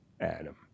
Adam